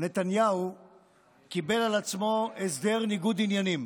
נתניהו קיבל על עצמו הסדר ניגוד עניינים.